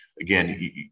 Again